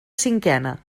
cinquena